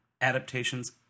Adaptations